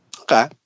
Okay